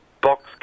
box